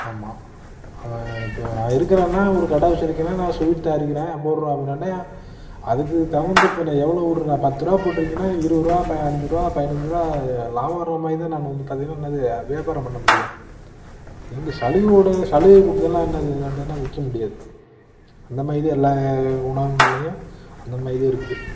ஆமாம் இப்போது நான் இருக்கிறேன்னா ஒரு கடை வச்சிருக்கிறேன் நான் ஸ்வீட் தயாரிக்கிறேன் அதுக்கு தகுந்த இப்போ எவ்வளோ ஒரு பத்து ருபா போட்டுருக்கேன்னா எனக்கு இருபது ருபா அஞ்சு ருபா பதினஞ்சு ருபா லாபம் வர மாதிரி தான் நான் வந்து பார்த்திங்கன்னா என்னது வியாபாரம் பண்ண முடியும் இங்கே சலுகை உடனே சலுகை கொடுத்தாலாம் என்னது விற்க முடியாது அந்த மாதிரி தான் எல்லா உணவகங்கள்லேயும் அந்தமாதிரி தான் இருக்குது